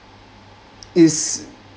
is